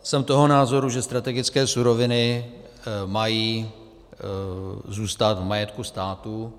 Jsem toho názoru, že strategické suroviny mají zůstat v majetku státu.